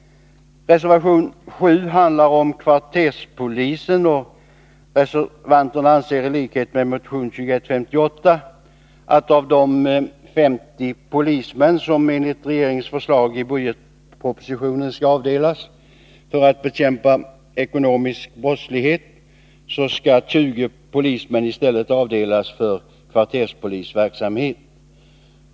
Reservation 7 handlar om kvarterspolisen. Reservanterna anser, i likhet med motionärerna bakom motion 2158, att av de 50 polismän som enligt regeringens förslag i budgetpropositionen skall avdelas för att bekämpa ekonomisk brottslighet skall 20 polismän i stället avdelas för kvarterspolisverksamhet.